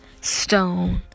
Stone